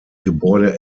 gebäude